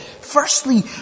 Firstly